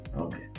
okay